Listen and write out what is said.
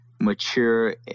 mature